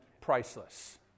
priceless